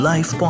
Life